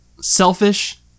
selfish